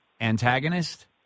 Antagonist